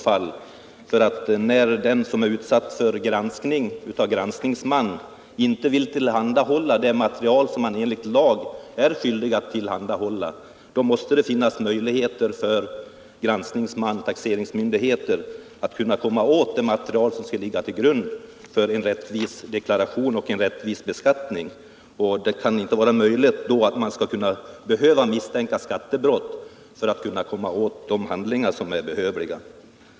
Om den som är utsatt för granskning inte vill tillhandahålla det material som han enligt lag är skyldig att tillhandahålla, måste det finnas möjligheter för granskningsman och taxeringsmyndighet att komma åt det material som skall ligga till grund för en rättvis deklaration och en rättvis beskattning. Det kan då inte vara rimligt att man skall behöva misstänka skattebrott för att komma åt de handlingar som erfordras.